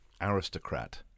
aristocrat